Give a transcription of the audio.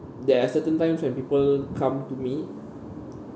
there are certain times when people come to me